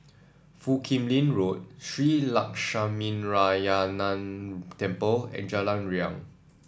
Foo Kim Lin Road Shree Lakshminarayanan Temple and Jalan Riang